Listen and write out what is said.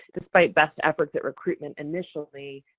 despite best efforts at recruitment initially,